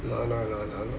no no no no